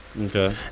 Okay